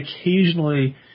occasionally